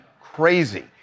crazy